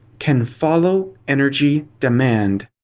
can follow energy demand.